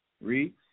Read